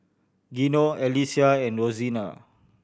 Gino Alesia and Rosena